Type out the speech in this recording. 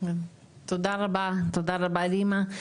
תודה רבה רימה.